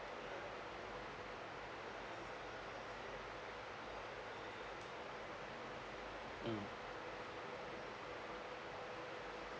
mm